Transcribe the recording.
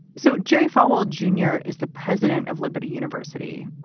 so jerry falwell, junior is the president of liberty university.